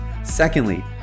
Secondly